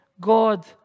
God